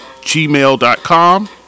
gmail.com